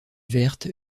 verte